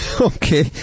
Okay